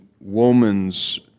woman's